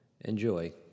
enjoy